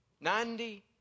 Ninety